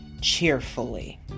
cheerfully